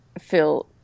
feel